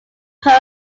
post